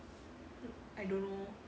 I don't know